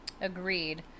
agreed